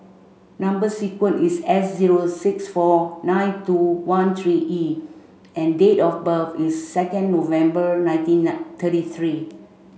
number sequence is S zero six four nine two one three E and date of birth is second November nineteen nine thirty three